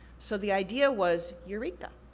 so, the idea was, eureka.